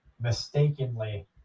mistakenly